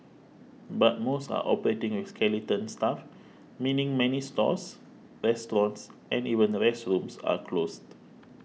but most are operating with skeleton staff meaning many stores restaurants and even restrooms are closed